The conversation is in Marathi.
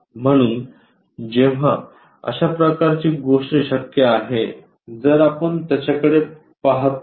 म्हणूनजेंव्हा अश्या प्रकारची गोष्ट शक्य आहे जर आपण याच्या कडे पाहतो